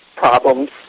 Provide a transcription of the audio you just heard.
problems